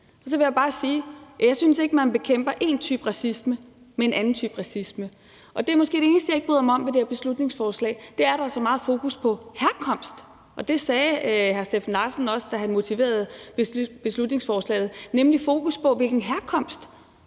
Så vil jeg bare sige, at jeg ikke synes, man bekæmper én type racisme med en anden type racisme. Og det eneste, jeg ikke bryder mig om ved det her beslutningsforslag, er måske, at der er så meget fokus på herkomst. Det sagde hr. Steffen Larsen også, da han begrundede beslutningsforslaget, nemlig at der skal fokus på, hvilken herkomst